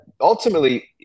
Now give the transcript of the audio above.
ultimately